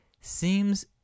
seems